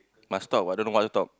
must talk but I don't know what to talk